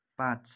पाँच